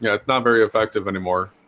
yeah it's not very effective and and more.